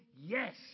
Yes